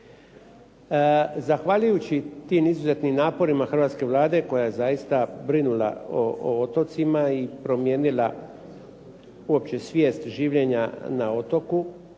Zahvaljujući tim izuzetnim naporima hrvatske Vlade koja je zaista brinula o otocima i promijenila uopće svijest življenja na otoku,